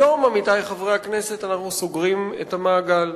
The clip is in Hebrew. היום, עמיתי חברי הכנסת, אנחנו סוגרים את המעגל.